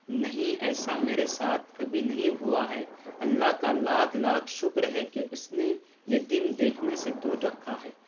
نہیں ایسا میرے ساتھ کبھی نہیں ہوا ہے اللہ کا لاکھ لاکھ شکر ہے کہ اس نے یہ دن دیکھنے سے دور رکھا ہے